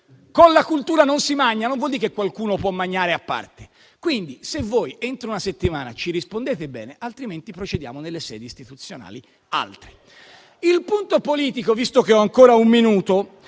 "Con la cultura non si mangia" non vuol dire che qualcuno può mangiare a parte, quindi se voi entro una settimana ci rispondete bene, altrimenti procediamo nelle sedi istituzionali altre. Il punto politico, visto che ho ancora un minuto,